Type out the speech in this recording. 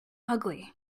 ugly